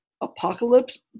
apocalypse